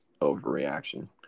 overreaction